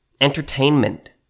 entertainment